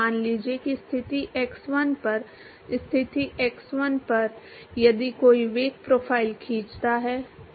मान लीजिए कि स्थिति X1 पर स्थिति X1 पर यदि कोई वेग प्रोफ़ाइल खींचता है